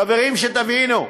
חברים, שתבינו,